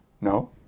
No